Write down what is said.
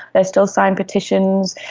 i still sign petitions.